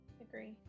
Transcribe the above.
Agree